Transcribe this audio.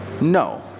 No